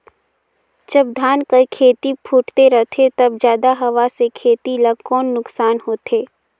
जब धान कर खेती फुटथे रहथे तब जादा हवा से खेती ला कौन नुकसान होथे?